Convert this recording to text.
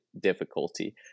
difficulty